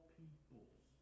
peoples